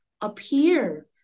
appear